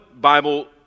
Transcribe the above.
Bible